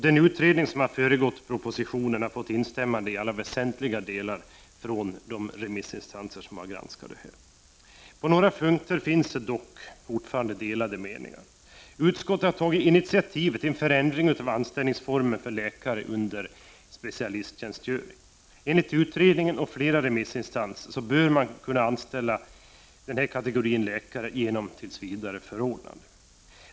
Den utredning som har föregått propositionen har fått instämmande i alla väsentliga delar av remissinstanserna. På några punkter finns det dock delade meningar. Utskottet har tagit initiativet till en förändring av anställningsformen för läkare under specialistutbildning. Enligt utredningen och flera remissinstanser bör denna kategori läkare kunna anställas genom tillsvidareförordnande.